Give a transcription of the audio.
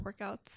workouts